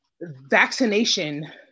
vaccination